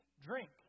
drink